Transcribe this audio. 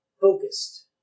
focused